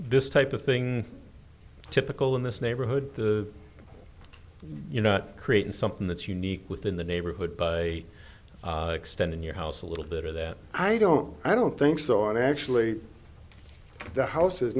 this type of thing typical in this neighborhood you know not creating something that's unique within the neighborhood by extending your house a little bit or that i don't i don't think so i'm actually the house is